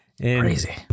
Crazy